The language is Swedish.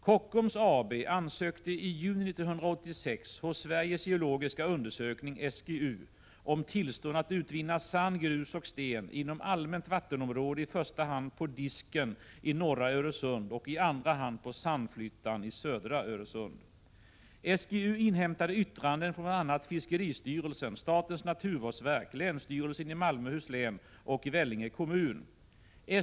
Kockums AB ansökte i juni 1986 hos Sveriges geologiska undersökning, SGU, om tillstånd att utvinna sand, grus och sten inom allmänt vattenområde i första hand på Disken i norra Öresund och i andra hand på Sandflyttan i södra Öresund. SGU inhämtade yttranden från bl.a. fiskeristyrelsen, statens naturvårdsverk, länsstyrelsen i Malmöhus län och Vellinge kommun.